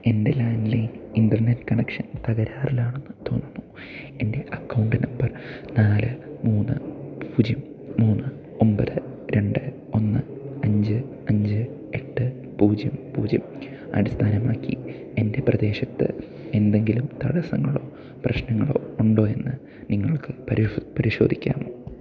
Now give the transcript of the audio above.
എൻ്റെ landline internet connection തകരാറിലാണ് എന്ന് തോന്നുന്നു എൻ്റെ അക്കൗണ്ട് നമ്പർ നാല് മൂന്ന് പൂജ്യം മൂന്ന് ഒൻപത് രണ്ട് ഒന്ന് അഞ്ച് അഞ്ച് എട്ട് പൂജ്യം പൂജ്യം അടിസ്ഥാനമാക്കി എൻ്റെ പ്രദേശത്ത് എന്തെങ്കിലും തടസങ്ങളോ പ്രശ്നങ്ങളോ ഉണ്ടോ എന്ന് നിങ്ങൾക്ക് പരിശോധിക്കാമോ